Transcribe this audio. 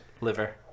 liver